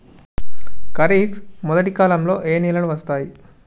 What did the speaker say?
ఖరీఫ్ మొదటి కాలంలో ఏ నెలలు వస్తాయి?